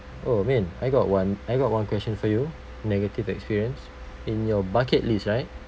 oh min I got one I got one question for you negative experience in your bucket list right